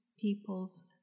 people's